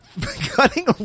cutting